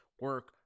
Work